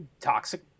toxic